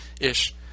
Ish